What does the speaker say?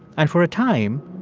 and for a time,